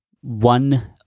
one